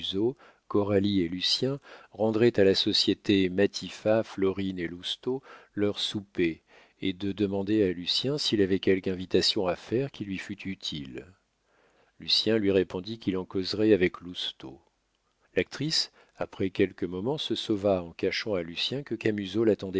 coralie et lucien rendrait à la société matifat florine et lousteau leur souper et de demander à lucien s'il avait quelque invitation à faire qui lui fût utile lucien lui répondit qu'il en causerait avec lousteau l'actrice après quelques moments se sauva en cachant à lucien que